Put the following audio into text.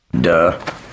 duh